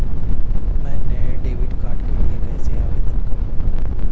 मैं नए debit card के लिए कैसे आवेदन करूं?